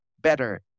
better